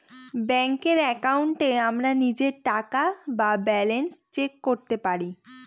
ব্যাঙ্কের একাউন্টে আমরা নিজের টাকা বা ব্যালান্স চেক করতে পারি